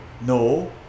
no